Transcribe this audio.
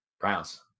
Browns